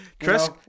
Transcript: Chris